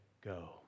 go